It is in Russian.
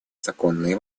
законные